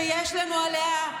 שיש לנו זכות עליה,